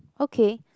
okay